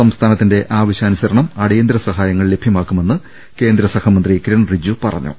സംസ്ഥാനത്തിന്റെ ആവശ്യാനുസരണം അടിയന്തിര സഹായങ്ങൾ ലഭ്യമാക്കുമെന്ന് കേന്ദ്രസഹമന്ത്രി കിരൺ റിജ്ജു പറഞ്ഞു